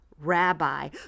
rabbi